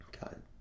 God